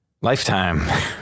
Lifetime